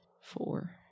four